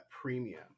premium